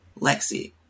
Lexi